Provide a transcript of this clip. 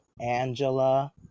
Angela